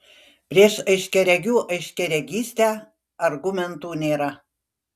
prieš aiškiaregių aiškiaregystę argumentų nėra